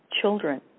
children